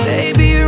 Baby